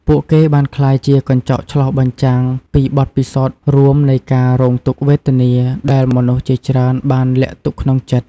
ពួកគេបានក្លាយជា កញ្ចក់ឆ្លុះបញ្ចាំង ពីបទពិសោធន៍រួមនៃការរងទុក្ខវេទនា ដែលមនុស្សជាច្រើនបានលាក់ទុកក្នុងចិត្ត។